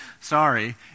sorry